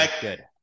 Good